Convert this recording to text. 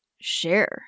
share